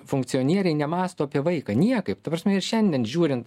funkcionieriai nemąsto apie vaiką niekaip ta prasme ir šiandien žiūrint